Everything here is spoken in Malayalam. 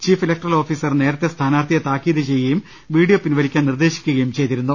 ചീഫ് ഇലക്ടറൽ ഓഫീസർ നേരത്തെ സ്ഥാനാർത്ഥിയെ താക്കീത് ചെയ്യുകയും വീഡിയോ പിൻവലിക്കാൻ നിർദ്ദേശിക്കു കയും ചെയ്തിരുന്നു